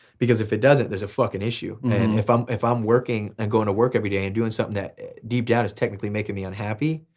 because if it doesn't, then there's a fucking issue. and if i'm if i'm working, and going to work everyday, and doing something that deep down is technically making me unhappy,